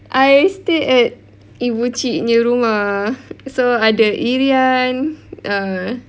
I stay at ibu cik punya rumah so ada Iryan err